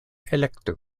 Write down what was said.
elektu